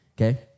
okay